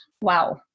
Wow